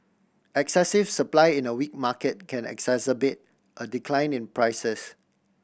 excessive supply in a weak market can exacerbate a decline in prices